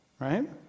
Right